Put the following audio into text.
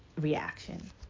reaction